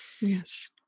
Yes